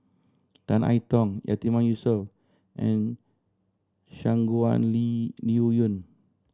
Tan I Tong Yatiman Yusof and Shangguan Lee Liuyun